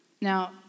Now